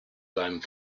seinem